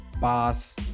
boss